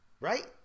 Right